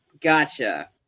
gotcha